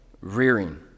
rearing